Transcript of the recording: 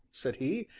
said he,